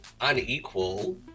unequal